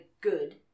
good